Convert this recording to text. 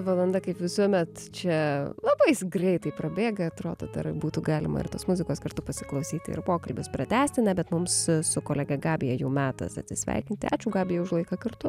valanda kaip visuomet čia labais greitai prabėga atrodo dar būtų galima ir tos muzikos kartu pasiklausyti ir pokalbius pratęsti na bet mums su kolege gabija jau metas atsisveikinti ačiū gabija už laiką kartu